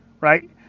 Right